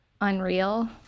Unreal